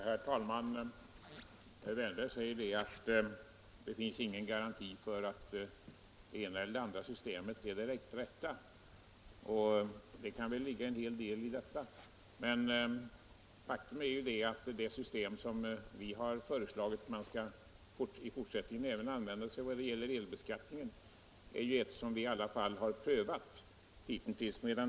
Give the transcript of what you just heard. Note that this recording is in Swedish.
Herr talman! Herr Wärnberg säger att det inte finns någon garanti för att det ena eller andra systemet är det rätta, och det kan väl ligga en hel del i detta. Men faktum är att det system som vi har förordat när det gäller elbeskattningen i alla fall är det som vi har prövat hitintills.